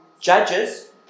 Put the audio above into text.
judges